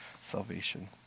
salvation